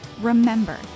Remember